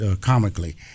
comically